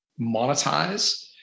monetize